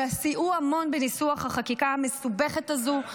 שסייעו המון בניסוח החקיקה המסובכת הזו,